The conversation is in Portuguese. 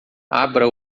abra